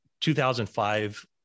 2005